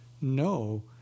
no